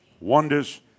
wonders